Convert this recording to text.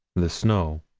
the snow.